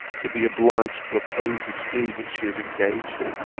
to be obliged to oppose a scheme which she has engaged in.